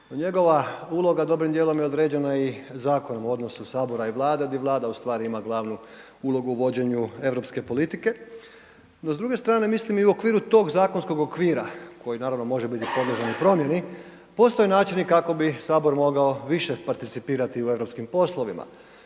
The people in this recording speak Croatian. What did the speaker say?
Njegova uloga dobrim dijelom je određena i zakonom o odnosu sabora i Vlade, gdje Vlada u stvari u stvari ima glavnu ulogu u vođenju europske politike no s druge strane mislim i u okviru tog zakonskog okvira koji naravno može biti podležan i promjeni. Postoje načini kako bi sabor mogao više participirati u europskim poslovima.